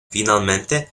finalmente